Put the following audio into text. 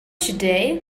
today